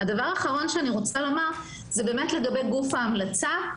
הדבר האחרון הוא לגבי גוף ההמלצה.